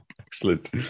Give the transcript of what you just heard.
Excellent